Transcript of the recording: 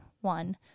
one